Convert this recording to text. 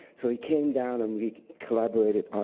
so he came down and we collaborated